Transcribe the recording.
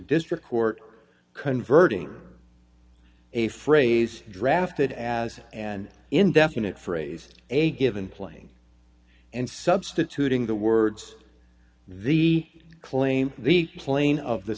district court converting a phrase drafted as an indefinite phrase a given playing and substituting the words the claim the plane of the